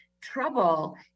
trouble